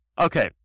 Okay